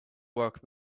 work